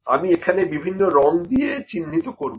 আমি এখানে বিভিন্ন রং দিয়ে চিহ্নিত করবো